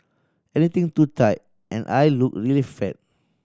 anything too tight and I look really flat